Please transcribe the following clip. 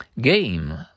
Game